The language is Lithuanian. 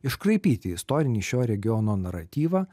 iškraipyti istorinį šio regiono naratyvą